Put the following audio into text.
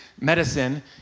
medicine